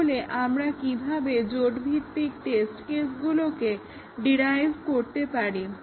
তাহলে আমরা কিভাবে জোটভিত্তিক টেস্ট কেসগুলোকে ডিরাইভ করতে পারি